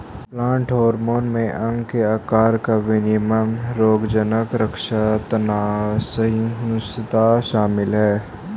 plant hormone में अंग के आकार का विनियमन रोगज़नक़ रक्षा तनाव सहिष्णुता शामिल है